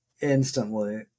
instantly